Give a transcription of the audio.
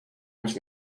nic